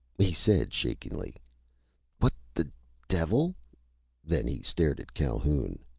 he said shakenly what the devil then he stared at calhoun.